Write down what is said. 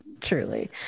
truly